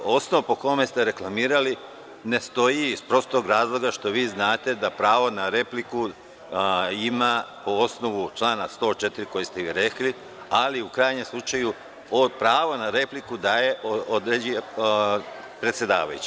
Osnov po kojem ste reklamirali ne stoji iz prostog razloga što vi znate da pravo na repliku ima po osnovu člana 104, koji ste i rekli, ali u krajnjem slučajupravo na repliku određuje predsedavajući.